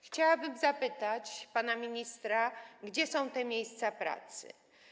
Chciałabym zapytać pana ministra, gdzie są te miejsca pracy.